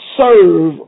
serve